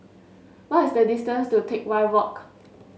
what is the distance to Teck Whye Walk